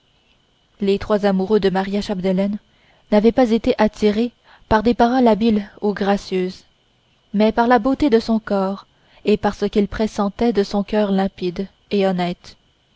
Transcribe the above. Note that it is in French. les trois amoureux de maria chapdelaine n'avaient pas été attirés par des paroles habiles ou gracieuses mais par la beauté de son corps et parce qu'ils pressentaient de son coeur limpide et honnête